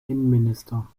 innenminister